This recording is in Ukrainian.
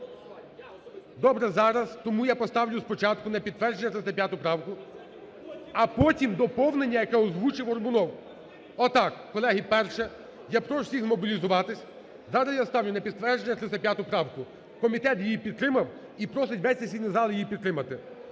Добре, зараз. Тому я поставлю спочатку на підтвердження 305 правку, а потім доповнення, яке озвучив Горбунов. Отак, колеги. Перше, я прошу всіх змобілізуватися. Зараз я ставлю на підтвердження 305 правку. Комітет її підтримав і просить весь сесійний зал її підтримати.